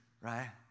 right